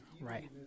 Right